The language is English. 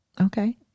Okay